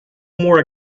more